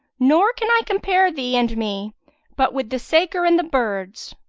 nor can i compare thee and me but with the saker and the birds.